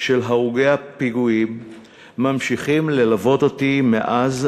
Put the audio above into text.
של הרוגי הפיגועים ממשיכים ללוות אותי מאז,